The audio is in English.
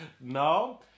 No